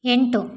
ಎಂಟು